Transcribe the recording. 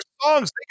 songs